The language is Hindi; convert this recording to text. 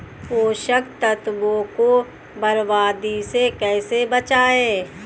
पोषक तत्वों को बर्बादी से कैसे बचाएं?